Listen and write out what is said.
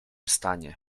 stanie